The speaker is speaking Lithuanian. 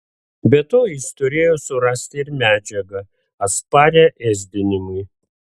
be to jis turėjo surasti ir medžiagą atsparią ėsdinimui